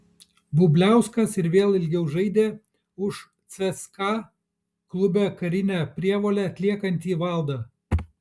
bubliauskas ir vėl ilgiau žaidė už cska klube karinę prievolę atliekantį valdą